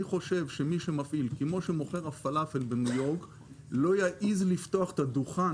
אני חושב שמי שמפעיל כפי שמוכר הפלאפל בניו יורק לא יעז לפתוח את הדוכן